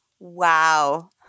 Wow